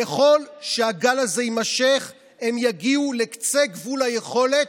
ככל שהגל הזה יימשך, הם יגיעו לקצה גבול היכולת.